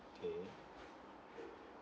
K